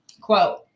quote